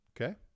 Okay